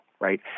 right